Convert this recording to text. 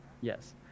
Yes